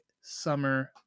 summer